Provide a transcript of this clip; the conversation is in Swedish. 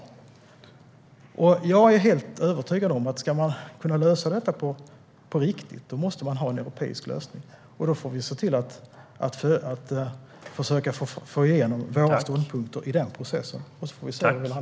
Jag är helt övertygad om att ska man kunna lösa detta på riktigt måste man ha en europeisk lösning. Då får vi försöka få igenom våra ståndpunkter i den processen, och så får vi se var vi landar.